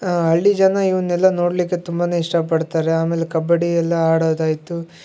ಆ ಹಳ್ಳಿಜನ ಇವನ್ನೆಲ್ಲಾ ನೋಡಲಿಕ್ಕೆ ತುಂಬನೇ ಇಷ್ಟಪಡ್ತಾರೆ ಆಮೇಲೆ ಕಬಡ್ಡಿ ಎಲ್ಲಾ ಆಡೋದಾಯಿತು